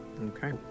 Okay